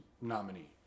nominee